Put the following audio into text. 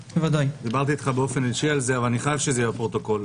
דברתי אתך על זה באופן אישי אבל אני רוצה שייכנס לפרוטוקול,